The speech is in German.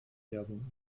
werbung